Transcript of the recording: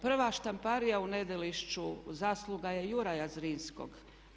Prva štamparija u Nedelišću, zasluga je Juraja Zrinskog.